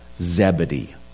Zebedee